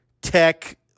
Tech